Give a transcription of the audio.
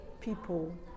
people